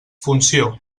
funció